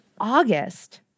August